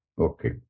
Okay